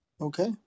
Okay